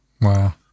Wow